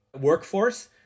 workforce